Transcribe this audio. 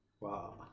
Wow